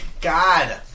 God